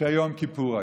שיום כיפור היום.